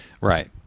Right